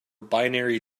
binary